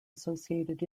associated